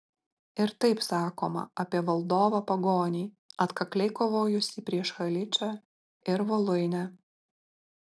ir taip sakoma apie valdovą pagonį atkakliai kovojusį prieš haličą ir voluinę